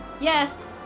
Yes